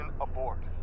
abort